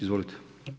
Izvolite.